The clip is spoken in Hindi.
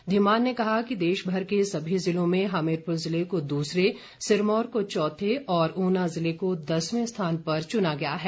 धीमान ने कहा कि देशभर के सभी जिलों में हमीरपुर जिले को दूसरे सिरमौर को चौथे और ऊना जिले को दसवें स्थान पर चुना गया है